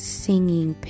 singing